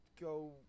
go